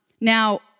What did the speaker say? Now